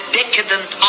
decadent